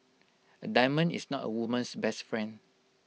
A diamond is not A woman's best friend